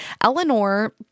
Eleanor